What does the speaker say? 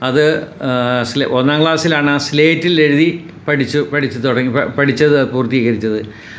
അത് ഒന്നാം ക്ലാസിലാണ് ആ സ്ലേറ്റിൽ എഴുതി പഠിച്ച് പഠിച്ചു തുടങ്ങി പഠിച്ചത് പൂർത്തീകരിച്ചത്